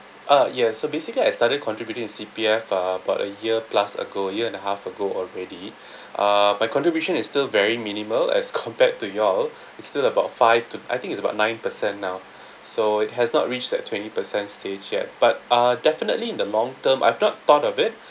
ah ya so basically I started contributing to C_P_F uh about a year plus ago year and a half ago already uh my contribution is still very minimal as compared to you all it's still about five to I think it's about nine percent now so it has not reached that twenty percent stage yet but uh definitely in the long term I've not thought of it